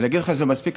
ולהגיד לך שזה מספיק?